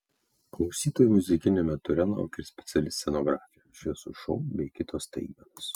klausytojų muzikiniame ture laukia ir speciali scenografija šviesų šou bei kitos staigmenos